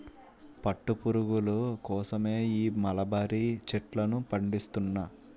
పట్టు పురుగుల కోసమే ఈ మలబరీ చెట్లను పండిస్తున్నా